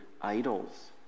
idols